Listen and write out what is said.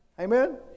Amen